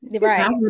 Right